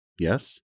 yes